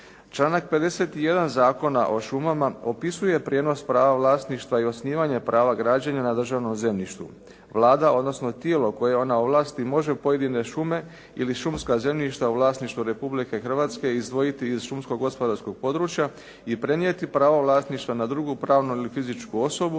Članak 51. Zakona o šumama opisuje prijenos prava vlasništva i osnivanje prava građenja na državnom zemljištu. Vlada, odnosno tijelo koje ona ovlasti, može pojedine šume ili šumska zemljišta u vlasništvu Republike Hrvatske izdvojiti iz šumskmo-gospodarskog područja i prenijeti pravo vlasništva na drugu pravnu ili fizičku osobu